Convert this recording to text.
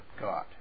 God